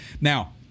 Now